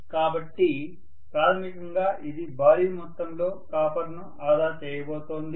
కాబట్టి ప్రాథమికంగా ఇది భారీ మొత్తంలో కాపర్ ను ఆదా చేయబోతోంది